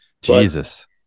Jesus